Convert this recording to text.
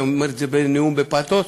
ואומר את זה בנאום בפתוס,